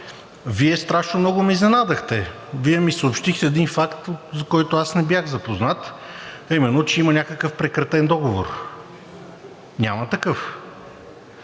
Вие страшно много ме изненадахте. Вие ми съобщихте един факт, за който аз не бях запознат, а именно, че има някакъв прекратен договор. Няма такъв!